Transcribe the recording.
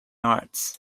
arts